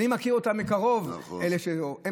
אני מכיר אותם מקרוב, את אלה, נכון.